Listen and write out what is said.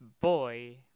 boy